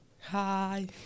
hi